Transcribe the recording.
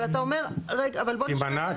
אבל אתה אומר, אבל בוא נשמע.